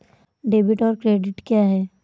Debit और credit क्या है?